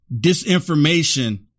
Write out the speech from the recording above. disinformation